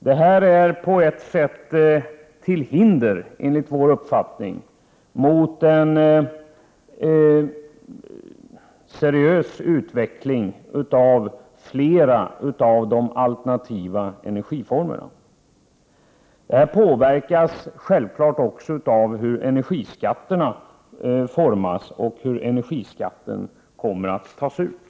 Detta är enligt vår uppfattning ett hinder för en seriös utveckling av flera av de alternativa energiformerna. Det påverkas självfallet också av hur energiskatterna utformas och hur de kommer att tas ut.